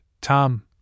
Tom